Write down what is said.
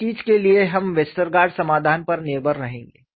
हर चीज के लिए हम वेस्टरगार्ड समाधान पर निर्भर रहेंगे